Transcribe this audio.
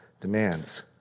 demands